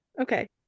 okay